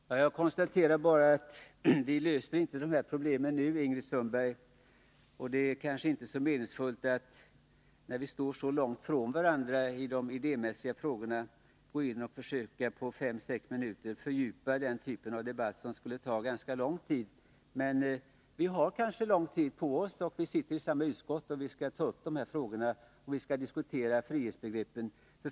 Herr talman! Jag konstaterar bara att vi inte löser dessa problem nu, Ingrid Sundberg. Det är kanske inte — när vi står så långt från varandra i de idémässiga frågorna — så meningsfullt att vi på fem sex minuter försöker fördjupa den typ av debatt som skulle ta ganska lång tid. Men vi har kanske lång tid på oss. Vi sitter i samma utskott, och vi skall ta upp de här frågorna och diskutera frihetsbegreppen.